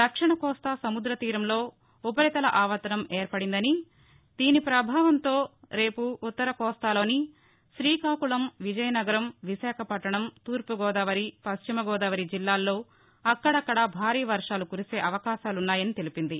దక్షిణ కోస్తా సముద్ర తీరంలో ఉపరితల ఆవర్తనం ఏర్పడిందని దీని ప్రభావంతో రేపు ఉత్తర కోస్తాలోని శ్రీకాకుళం విజయనగరం విశాఖపట్లణం తూర్పు గోదావరి పశ్చిమ గోదావరి జిల్లాల్లో అక్కడక్కడా భారీ వర్షాలు కురిసే అవకాశాలు ఉ న్నాయని తెలిపింది